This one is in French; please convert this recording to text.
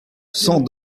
cent